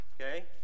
Okay